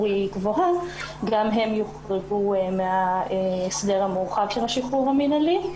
היא גבוהה גם הם יוחרגו מההסדר המורחב של השחרור המינהלי.